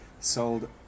sold